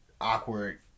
awkward